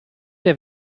der